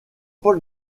paul